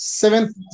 seventh